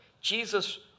Jesus